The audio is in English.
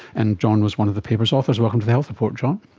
and john was one of the paper's authors. welcome to the health report john.